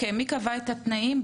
מי קבע את התנאים?